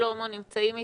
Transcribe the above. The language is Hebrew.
ושלמה שנמצאים אתנו.